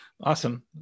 Awesome